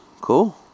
cool